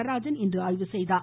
நடராஜன் ஆய்வு செய்தார்